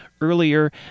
earlier